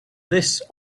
this